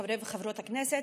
חברות וחברי הכנסת,